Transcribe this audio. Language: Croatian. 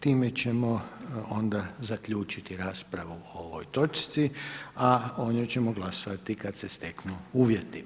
Time ćemo onda zaključiti raspravu o ovoj točci, a o njoj ćemo glasovati kad se steknu uvjeti.